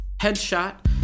Headshot